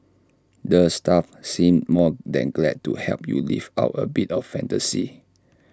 the staff seem more than glad to help you live out A bit of fantasy